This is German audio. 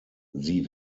sie